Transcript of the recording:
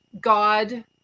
God